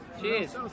Cheers